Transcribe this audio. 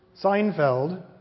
Seinfeld